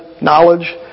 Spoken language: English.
knowledge